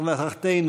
הצלחתנו",